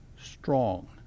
strong